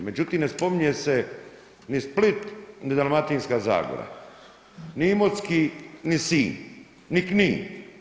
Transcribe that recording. Međutim, ne spominje se ni Split, ni Dalmatinska zagora, ni Imotski, ni Sinj, ni Knin.